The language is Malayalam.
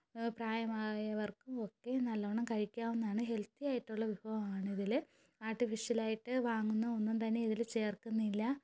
പ്രായമായവർക്കും ഒക്കെ നല്ലവണം കഴിക്കാവുന്നാണ് ഹെൽത്തി ആയിട്ടുള്ള വിഭവമാണ് ഇതിൽ ആർട്ടിഫിഷ്യൽ ആയിട്ട് വാങ്ങുന്ന ഒന്നും തന്നെ ഇതിൽ ചേർക്കുന്നില്ല